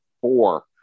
four